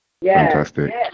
Fantastic